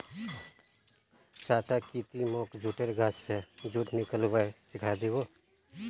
चाचा की ती मोक जुटेर गाछ स जुट निकलव्वा सिखइ दी बो